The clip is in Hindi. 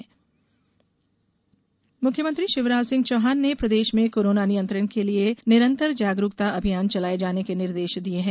जागरूकता अभियान मुख्यमंत्री शिवराज सिंह चौहान ने प्रदेश में कोरोना नियंत्रण के लिए निरन्तर जागरूकता अभियान चलार्ये जाने के निर्देश दिये हैं